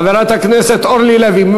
חברת הכנסת אורלי לוי.